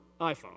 iPhone